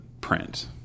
print